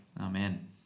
Amen